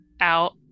out